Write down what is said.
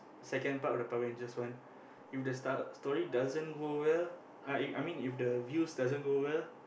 second part of the Power-Rangers one if the star story doesn't goes well I I mean if the views doesn't go well